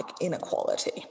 inequality